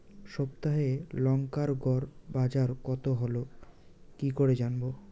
সপ্তাহে লংকার গড় বাজার কতো হলো কীকরে জানবো?